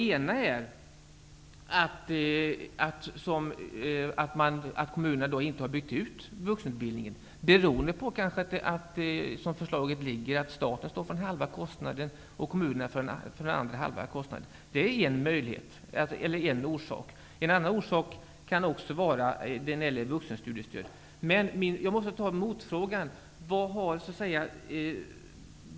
En förklaring är att kommunerna inte har byggt ut vuxenutbildningen, kanske beroende på att som förslaget ligger står staten för den ena halvan av kostnaden och kommunerna för den andra halvan. Det kan vara en orsak. En annan orsak kan vara vuxenstudiestödet. Jag måste ställa några motfrågor.